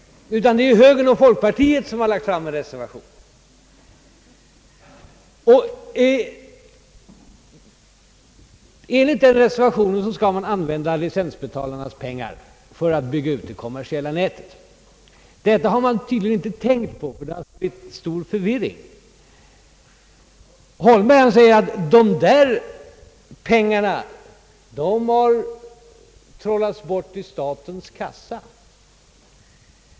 Högern och folkpartiet har däremot lagt fram en reservation, enligt vilken licensbetalarnas pengar skall användas till att bygga ut det kommersiella nätet. Detta har man tydligen inte tänkt på, ty det har spritt stor förvirring. Herr Holmberg säger att pengarna har trollats bort i statens kassa.